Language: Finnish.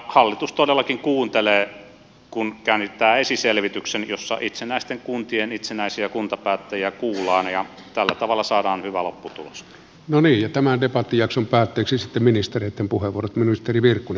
hallitus todellakin kuuntelee kun käynnistää esiselvityksen jossa itsenäisten kuntien itsenäisiä kuntapäättäjiä kuullaan ja tällä tavalla saadaan hyvä lopputulos oli että mä debatti jakson päätöksistä ministereitten puhunut ministeri virkkunen